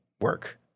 work